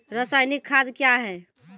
रसायनिक खाद कया हैं?